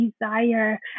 desire